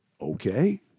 Okay